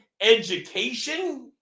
education